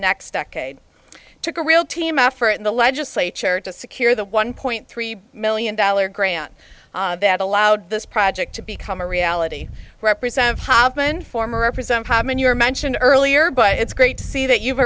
next decade took a real team effort in the legislature to secure the one point three million dollars grant that allowed this project to become a reality represent hofman former represent common you're mentioned earlier but it's great to see that you've